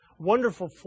wonderful